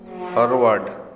forward